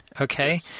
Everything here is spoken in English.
okay